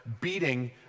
beating